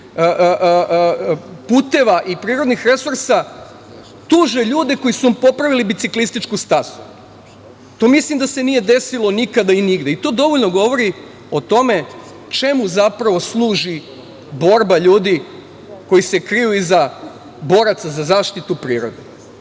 puteva i prirodnih resursa tuže ljude koji su vam popravili biciklističku stazu. To mislim da se nije desilo nikada i nigde. To dovoljno govori o tome čemu zapravo služi borba ljudi koji se kriju iza boraca za zaštitu prirode. Neću